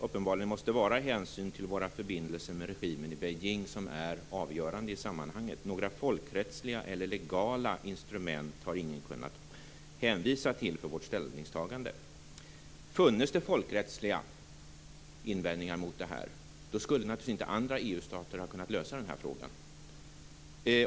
Uppenbarligen är det hänsyn till våra förbindelser med regimen i Beijing som är avgörande i sammanhanget. Några folkrättsliga eller legala instrument har ingen kunnat hänvisa till vad gäller vårt ställningstagande. Funnes det folkrättsliga invändningar mot detta skulle naturligtvis inte andra EU-stater ha kunnat lösa frågan.